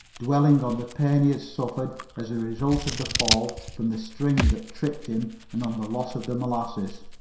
dwelling on the pain he had suffered as a result of the fall from the string that tripped him and on the loss of the molasses.